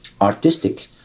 artistic